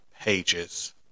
pages